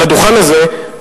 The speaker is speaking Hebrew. על הדוכן הזה,